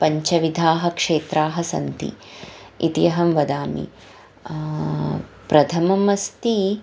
पञ्चविधाानि क्षेत्राणि सन्ति इति अहं वदामि प्रथमम् अस्ति